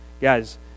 Guys